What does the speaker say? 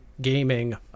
gaming